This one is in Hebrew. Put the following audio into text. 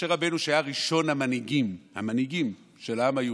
משה רבנו, שהיה ראשון המנהיגים של העם היהודי,